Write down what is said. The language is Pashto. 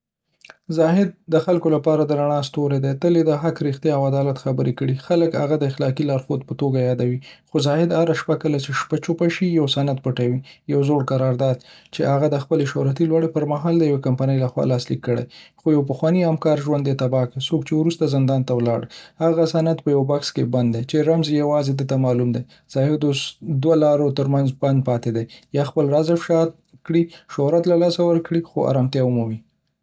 زاهد د خلکو لپاره د رڼا ستوری دی. تل یې له حق، رښتیا او عدالت خبرې کړي دي. خلک هغه د اخلاقي لارښود په توګه یادوي، خو زاهد هره شپه، کله چې شپه چوپه شي، یو سند پټوي — یو زوړ قرارداد، چې هغه د خپلې شهرتي لوړې پرمهال، د یوې کمپنۍ له خوا لاسلیک کړی و. خو د یوه پخواني همکار ژوند یې تباه کړ، څوک چې وروسته زندان ته ولاړ. هغه سند یې په یو بکس کې بند کړی، چې رمز یې یوازې دی ته معلوم دی. زاهد اوس د دوه لارو ترمنځ بند پاتې دی: یا خپل راز افشا کړي، شهرت له لاسه ورکړي، خو ارامتیا ومومي؛